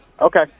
Okay